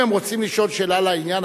אם הם רוצים לשאול שאלה לעניין,